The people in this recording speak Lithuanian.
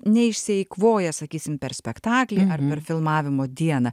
neišsieikvoja sakysim per spektaklį ar per filmavimo dieną